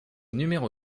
numéro